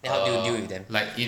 then how do you deal with them